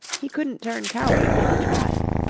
he couldn't turn coward if he tried.